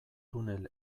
tunel